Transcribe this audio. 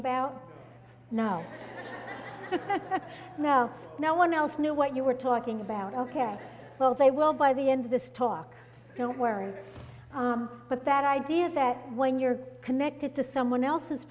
that no no one else knew what you were talking about ok well they will by the end of this talk don't worry but that idea that when you're connected to someone else's